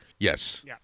Yes